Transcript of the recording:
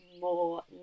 more